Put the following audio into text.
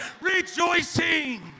rejoicing